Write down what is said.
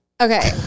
Okay